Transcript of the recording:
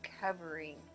covering